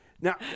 Now